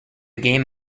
game